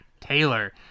Taylor